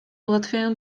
ułatwiają